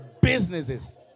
Businesses